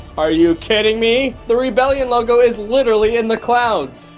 are you kidding me? the rebellion logo is literally in the clouds.